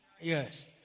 Yes